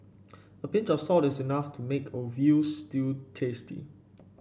a pinch of salt is enough to make a veal stew tasty